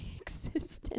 existence